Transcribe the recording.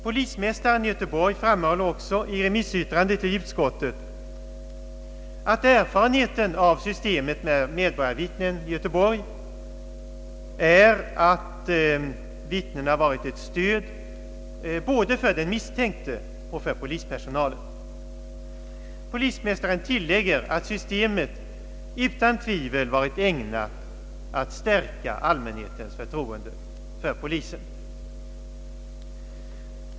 Polismästaren i Göteborg framhåller också i remissyttrande till utskottet, att erfarenheten av systemet är att vittnena varit ett stöd både för den misstänkte och för polispersonalen. Polismästaren tillägger, att systemet med medborgarvittnen utan tvivel varit ägnat att stärka allmänhetens förtroende för polisen.